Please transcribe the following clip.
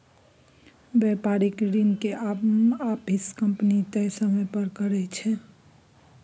बेपारिक ऋण के आपिस कंपनी तय समय पर करै छै